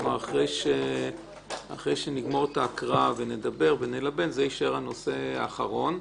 אחרי שנגמור את ההקראה ונדבר ונלבן זה יישאר הנושא האחרון.